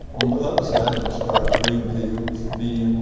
on the other side you'd start green fields, medium,